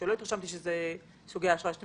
- לא התרשמתי שאלה סוגי האשראי שאתם